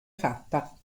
fatta